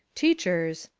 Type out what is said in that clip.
teachers,